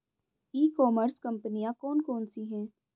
ई commerce कंपनियाँ कौन कौन सी हैं?